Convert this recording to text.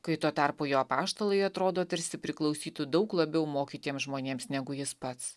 kai tuo tarpu jo apaštalai atrodo tarsi priklausytų daug labiau mokytiem žmonėms negu jis pats